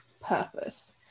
purpose